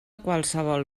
qualsevol